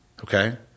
Okay